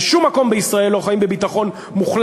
בשום מקום בישראל לא חיים בביטחון מוחלט,